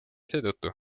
seetõttu